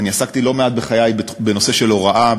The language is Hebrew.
אני עסקתי לא מעט בחיי בנושא של הוראה,